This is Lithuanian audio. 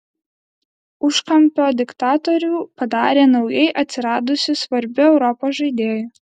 užkampio diktatorių padarė naujai atsiradusiu svarbiu europos žaidėju